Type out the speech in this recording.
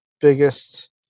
biggest